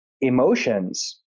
emotions